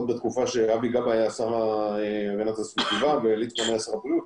עוד בתקופה שאבי גבאי היה שר הגנת הסביבה וליצמן היה שר הבריאות,